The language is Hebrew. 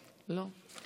לא.